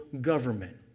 government